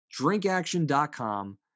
Drinkaction.com